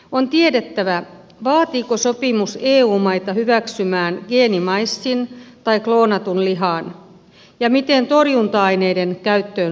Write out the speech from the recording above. on tiedettävä vaatiiko sopimus eu maita hyväksymään geenimaissin tai kloonatun lihan ja miten torjunta aineiden käyttöön suhtaudutaan